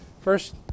First